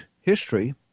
history